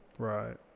Right